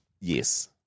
Yes